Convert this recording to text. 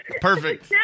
Perfect